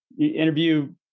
interview